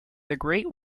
great